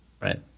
Right